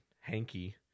hanky